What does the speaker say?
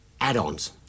add-ons